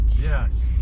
Yes